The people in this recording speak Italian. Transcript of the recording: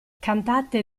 cantate